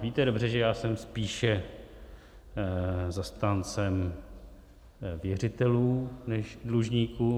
Víte dobře, že já jsem spíše zastáncem věřitelů než dlužníků.